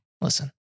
Listen